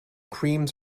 creams